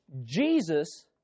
Jesus